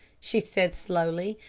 she said slowly.